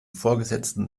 vorgesetzten